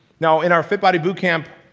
now, in our fit body boot camp